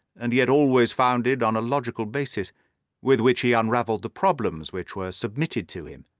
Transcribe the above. and yet always founded on a logical basis with which he unravelled the problems which were submitted to him.